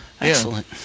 excellent